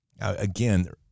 Again